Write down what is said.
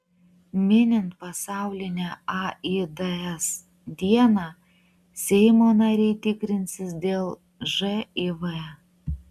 minint pasaulinę aids dieną seimo nariai tikrinsis dėl živ